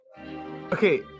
okay